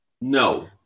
no